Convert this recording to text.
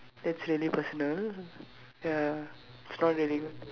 that's really personal ya it's not really good